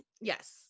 Yes